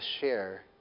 share